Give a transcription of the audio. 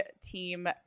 team